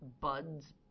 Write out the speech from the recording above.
buds